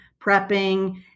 prepping